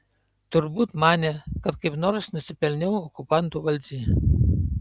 turbūt manė kad kaip nors nusipelniau okupantų valdžiai